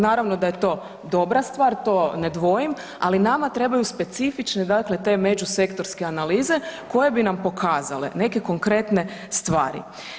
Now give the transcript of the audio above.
Naravno da je to dobra stvar, to ne dvojim, ali nama trebaju specifične te međusektorske analize koje bi na pokazale neke konkretne stvari.